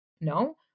No